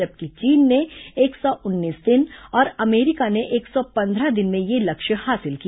जबकि चीन ने एक सौ उन्नीस दिन और अमरीका ने एक सौ पंद्रह दिन में यह लक्ष्य हासिल किया